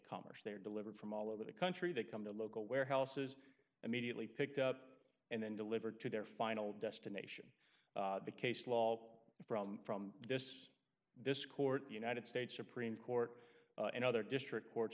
commerce they're delivered from all over the country that come to local warehouses immediately picked up and then delivered to their final destination the case law from from this this court the united states supreme court and other district cour